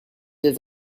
des